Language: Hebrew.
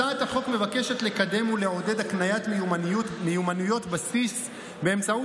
הצעת החוק מבקשת לקדם ולעודד הקניית מיומנויות בסיס באמצעות